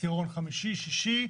עשירון חמישי שישי,